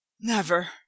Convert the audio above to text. Never